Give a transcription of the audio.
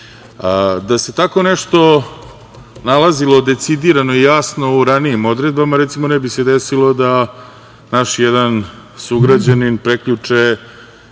se tako nešto nalazilo decidirano i jasno u ranijim odredbama, recimo ne bi se desilo da naš jedan sugrađanin prekjuče